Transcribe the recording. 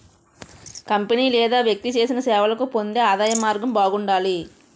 company లేదా వ్యక్తి చేసిన సేవలకు పొందే ఆదాయం మార్గం బాగుండాలి